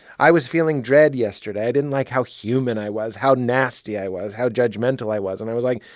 i was feeling dread yesterday. i didn't like how human i was, how nasty i was, how judgmental i was. and i was like,